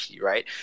right